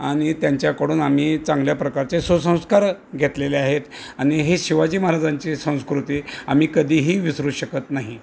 आणि त्यांच्याकडून आम्ही चांगल्या प्रकारचे सुसंस्कार घेतलेले आहेत आणि हे शिवाजी महाराजांची संस्कृती आम्ही कधीही विसरू शकत नाही